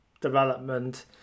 development